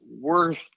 worth